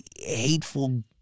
hateful